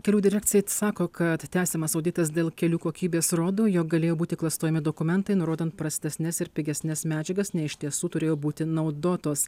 kelių direkcija sako kad tęsiamas auditas dėl kelių kokybės rodo jog galėjo būti klastojami dokumentai nurodant prastesnes ir pigesnes medžiagas nei iš tiesų turėjo būti naudotos